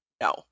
No